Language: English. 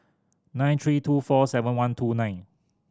nine three two four seven one two nine